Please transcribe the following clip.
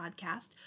podcast